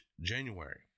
January